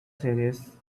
serious